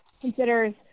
considers